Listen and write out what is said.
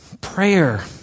prayer